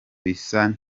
bisa